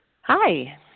Hi